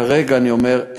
כרגע אני אומר,